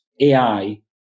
AI